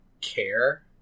care